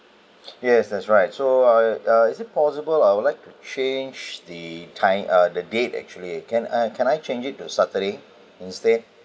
yes that's right so uh uh is it possible I would like to change the time uh the date actually can uh can I change it to saturday instead